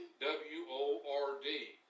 W-O-R-D